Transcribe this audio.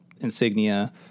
insignia